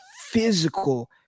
physical